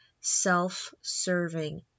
self-serving